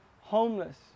homeless